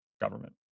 government